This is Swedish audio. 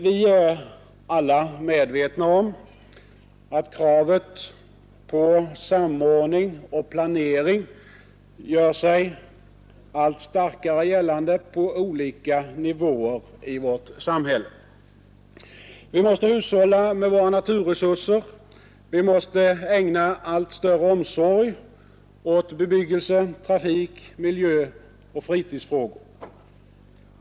Vi är alla medvetna om att kravet på samordning och planering gör sig allt starkare gällande på olika nivåer i vårt samhälle. Vi måste hushålla med våra naturresurser. Vi måste ägna allt större omsorg åt bebyggelse-, trafik-, miljöoch fritidsfrågor.